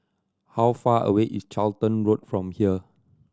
how far away is Charlton Road from here